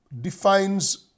defines